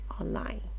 online